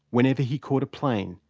whenever he caught a plane,